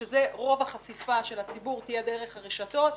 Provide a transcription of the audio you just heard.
כאשר רוב החשיפה של הציבור תהיה דרך הרשתות,